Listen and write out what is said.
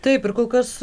taip ir kol kas